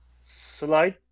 slide